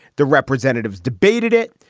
the representatives debated it.